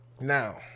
Now